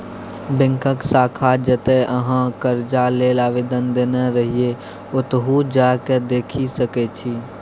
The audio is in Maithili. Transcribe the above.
बैकक शाखा जतय अहाँ करजा लेल आवेदन देने रहिये ओतहु जा केँ देखि सकै छी